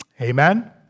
Amen